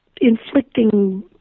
inflicting